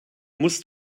musst